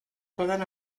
poden